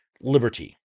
liberty